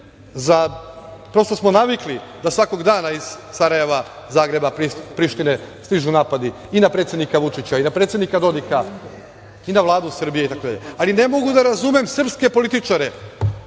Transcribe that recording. prosto smo navikli da svakog dana iz Sarajeva, Prištine stižu napadi i na predsednika Vučića, i na predsednika Dodika, i na Vladu Srbije, ali ne mogu da razumem srpske političare